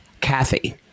Kathy